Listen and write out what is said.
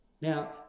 Now